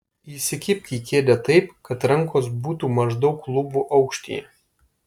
įsikibk į kėdę taip kad rankos būtų maždaug klubų aukštyje